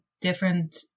different